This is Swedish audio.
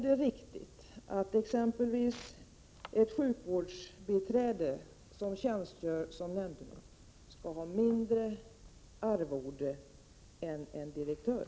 Är det riktigt att exempelvis ett sjukvårdsbiträde som tjänstgör som nämndeman skall ha mindre arvode än en direktör?